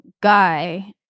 guy